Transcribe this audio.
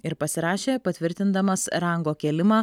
ir pasirašė patvirtindamas rango kėlimą